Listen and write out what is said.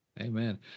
Amen